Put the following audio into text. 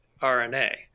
RNA